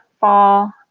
fall